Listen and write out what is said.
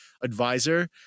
advisor